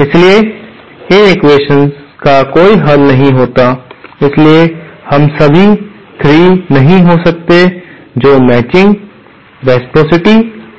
इसलिए इन एक्वेशन्स का कोई हल नहीं होता है इसलिए हम सभी 3 नहीं हो सकते हैं जो मैचिंग रेसप्रॉसिटी